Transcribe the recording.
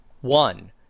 One